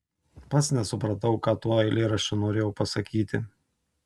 pats nesupratau ką tuo eilėraščiu norėjau pasakyti